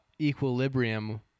equilibrium